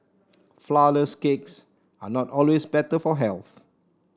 flourless cakes are not always better for health